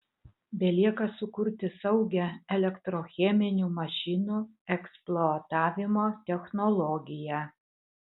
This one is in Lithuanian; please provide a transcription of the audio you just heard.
belieka sukurti saugią elektrocheminių mašinų eksploatavimo technologiją